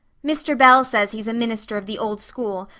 mr. bell says he's a minister of the old school,